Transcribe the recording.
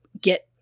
get